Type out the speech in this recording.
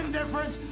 difference